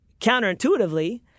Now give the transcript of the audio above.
counterintuitively